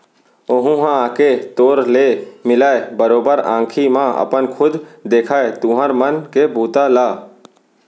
ओहूँ ह आके तोर ले मिलय, बरोबर आंखी म अपन खुद देखय तुँहर मन के बूता ल